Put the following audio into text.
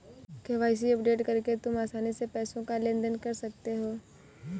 KYC update करके तुम आसानी से पैसों का लेन देन कर सकते हो